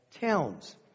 towns